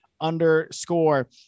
underscore